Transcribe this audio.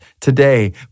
today